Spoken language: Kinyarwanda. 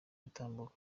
gutambuka